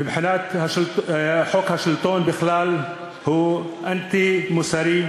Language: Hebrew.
מבחינת חוק השלטון בכלל הוא אנטי-מוסרי.